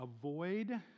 avoid